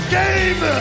game